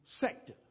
sector